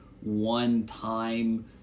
one-time